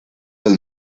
los